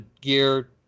gear